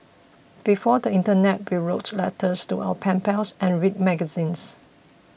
before the internet we wrote letters to our pen pals and read magazines